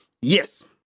yes